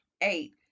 Eight